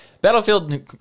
Battlefield